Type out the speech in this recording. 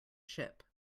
ship